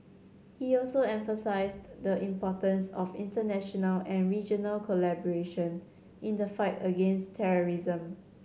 he also emphasised the importance of international and regional collaboration in the fight against terrorism